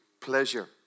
pleasure